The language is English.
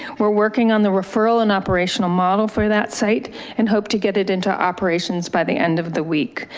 we're working on the referral and operational model for that site and hope to get it into operations by the end of the week.